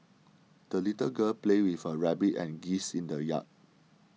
the little girl played with her rabbit and geese in the yard